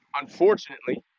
Unfortunately